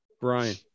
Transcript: Brian